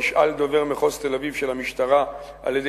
נשאל דובר מחוז תל-אביב של המשטרה על-ידי